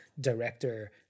director